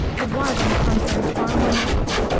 it was, on the contrary, far more natural,